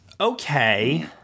Okay